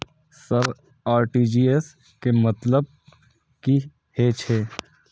Sir RTGS के मतलब की हे छे?